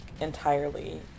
entirely